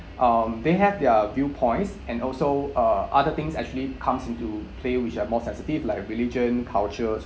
um they have their viewpoints and also uh other things actually comes into play which are more sensitive like religion culture